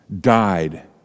died